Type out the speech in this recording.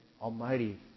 almighty